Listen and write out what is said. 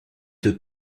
deux